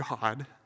God